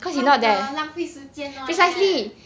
what the 浪费时间 lor like that